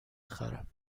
بخرم